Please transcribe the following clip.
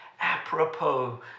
apropos